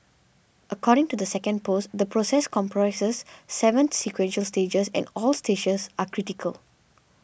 according to the second post the process comprises seven sequential stages and all stages are critical